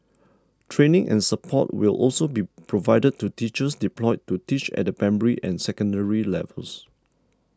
training and support will also be provided to teachers deployed to teach at the primary or secondary levels